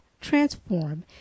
transform